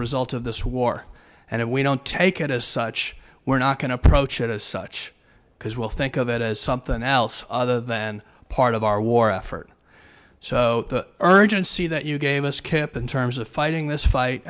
a result of this war and if we don't take it as such we're not going to approach it as such because we'll think of it as something else other than part of our war effort so urgency that you gave us kip in terms of fighting this fight